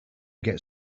get